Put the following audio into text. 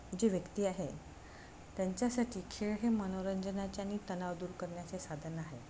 जे व्यक्ती आहे त्यांच्यासाठी खेळ हे मनोरंजनाचे आणि तणाव दूर करण्याचे साधन आहे